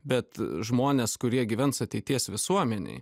bet žmones kurie gyvens ateities visuomenėj